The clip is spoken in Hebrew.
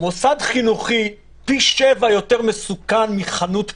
מוסד חינוכי פי שבעה יותר מסוכן מחנות פתוחה.